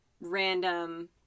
random